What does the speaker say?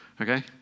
okay